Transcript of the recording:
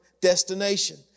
destination